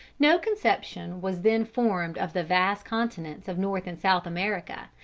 no conception was then formed of the vast continents of north and south america,